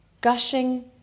gushing